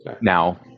now